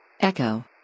Echo